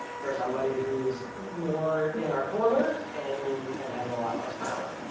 for somebody who's more in our corner and and has a lot less power.